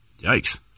Yikes